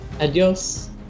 Adios